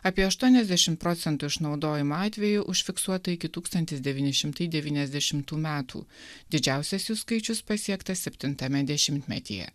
apie aštuoniasdešim procentų išnaudojimo atvejų užfiksuota iki tūkstantis devyni šimtai devyniasdešimtų metų didžiausias jų skaičius pasiektas septintame dešimtmetyje